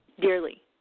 dearly